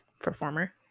performer